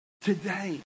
today